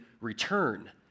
return